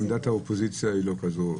עמדת האופוזיציה היא לא כזו.